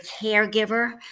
caregiver